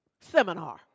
seminar